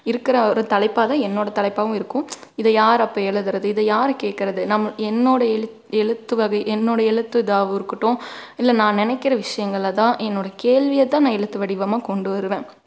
இருக்கிற ஒரு தலைப்பாக தான் என்னோட தலைப்பாகவும் இருக்கும் இதை யார் அப்போ எழுதுகிறது இது யாரை கேட்கறது நம் என்னோட எழு எழுத்து வகை என்னோட எழுத்து இதாக இருக்கட்டும் இல்லை நான் நினைக்கிற விஷயங்கள்ல தான் என்னோடய கேள்வியை தான் நான் எழுத்து வடிவமாக கொண்டு வருவேன்